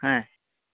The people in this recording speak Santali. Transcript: ᱦᱮᱸ